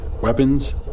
weapons